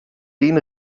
den